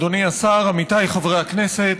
אדוני השר, עמיתיי חברי הכנסת,